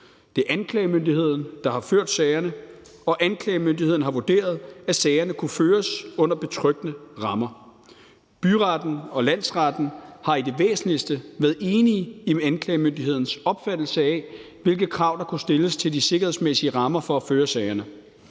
Det er anklagemyndigheden, der har ført sagerne, og anklagemyndigheden har vurderet, at sagerne kunne føres under betryggende rammer. Byretten og landsretten har i det væsentligste været enige i anklagemyndighedens opfattelse af, hvilke krav der kunne stilles til de sikkerhedsmæssige rammer for at føre sagerne,